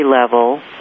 level